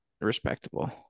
respectable